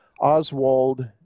Oswald